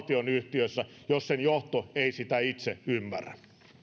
paikka valtionyhtiössä jos sen johto ei sitä itse ymmärrä